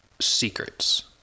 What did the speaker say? secrets